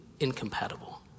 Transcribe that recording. Incompatible